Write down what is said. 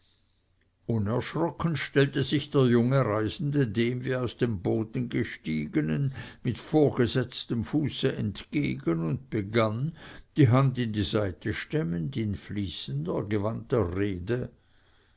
unerschrocken stellte sich der junge reisende dem wie aus dem boden gestiegenen mit vorgesetztem fuß entgegen und begann die hand in die seite stemmend in fließender gewandter rede